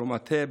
רמת הייב,